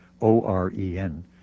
O-R-E-N